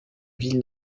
ville